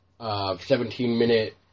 17-minute